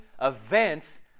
events